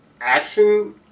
action